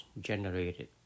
generated